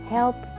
Help